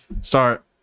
start